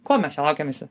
ko mes čia laukiam visi